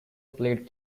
played